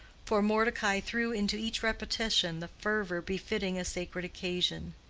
for mordecai threw into each repetition the fervor befitting a sacred occasion.